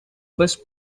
was